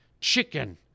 chicken